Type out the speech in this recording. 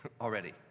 already